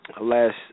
Last